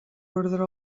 ordre